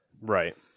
Right